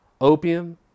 opium